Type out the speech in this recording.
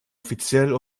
offiziell